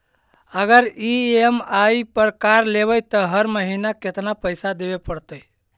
अगर ई.एम.आई पर कार लेबै त हर महिना केतना पैसा देबे पड़तै?